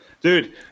Dude